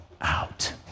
out